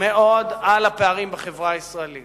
מאוד על הפערים בחברה הישראלית